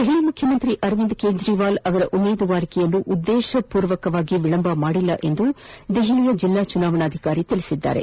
ದೆಹಲಿ ಮುಖ್ಯಮಂತ್ರಿ ಅರವಿಂದ್ ಕೇಜ್ರಿವಾಲ್ ಅವರ ಉಮೇದುವಾರಿಕೆಯನ್ನು ಉದ್ದೇಶ ಪೂರ್ವಕವಾಗಿ ವಿಳಂಬ ಮಾಡಿಲ್ಲ ಎಂದು ನವದೆಹಲಿಯ ಜಿಲ್ಲಾ ಚುನಾವಣಾಧಿಕಾರಿ ಹೇಳಿದ್ದಾರೆ